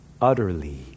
utterly